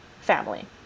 family